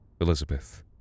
Elizabeth